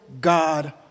God